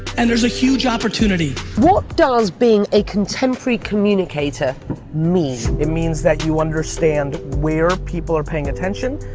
and there's a huge opportunity. what does being a contemporary communicator mean? it means that you understand where people are paying attention,